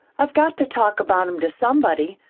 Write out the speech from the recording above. i've got to talk about em to somebody.